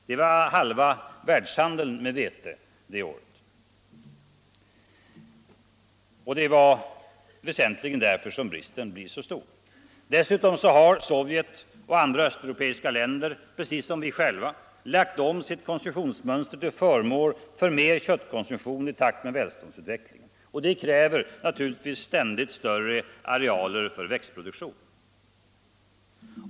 Det är halva världshandeln med vete under ett normalår, och det var väsentligen därför bristen blev så stor. Dessutom har Sovjetunionen och andra östeuropeiska länder, precis som vi själva, lagt om sitt konsumtionsmönster till förmån för mer köttkonsumtion i takt med välståndsutvecklingen, och det kräver naturligtvis ständigt större arealer för växtproduktion.